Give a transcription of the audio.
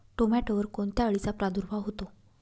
टोमॅटोवर कोणत्या अळीचा प्रादुर्भाव होतो?